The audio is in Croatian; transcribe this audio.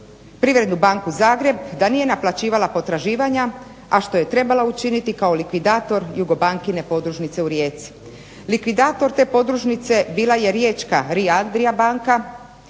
Privrednu banku Zagreb da nije naplaćivala potraživanja, a što je trebala učiniti kao likvidator JUGOBANKA-ine podružnice u Rijeci. Likvidator te podružnice bila je riječka RI-ADRIA banka